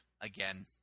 Again